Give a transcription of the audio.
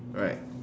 right